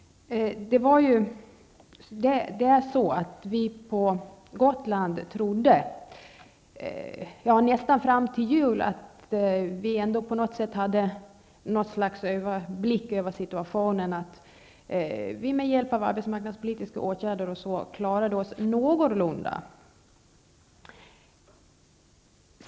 Vi på Gotland trodde nästan fram till jul att vi hade något slags överblick över situationen och att vi med hjälp av arbetsmarknadspolitiska åtgärder skulle klara oss någorlunda.